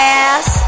ass